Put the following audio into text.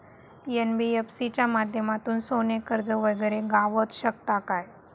NBFC च्या माध्यमातून सोने कर्ज वगैरे गावात शकता काय?